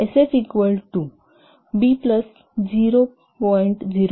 SF equal to B plus 0